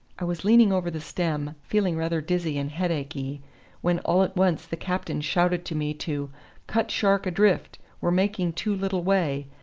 i was leaning over the stem, feeling rather dizzy and headachy when, all at once, the captain shouted to me to cut shark adrift we're making too little way.